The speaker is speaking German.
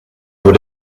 aber